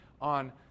on